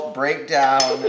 breakdown